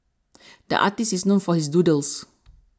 the artist is known for his doodles